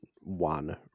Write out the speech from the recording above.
one